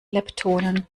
leptonen